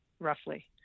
Roughly